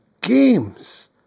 games